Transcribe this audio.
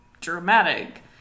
dramatic